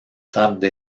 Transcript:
tarde